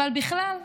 אבל בכלל,